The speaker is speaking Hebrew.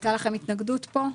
הייתה לכם התנגדות פה?